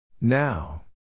Now